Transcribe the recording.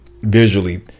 visually